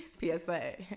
psa